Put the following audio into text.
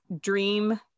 dream